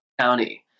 County